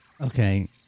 okay